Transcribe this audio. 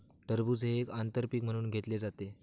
टरबूज हे एक आंतर पीक म्हणून घेतले जाते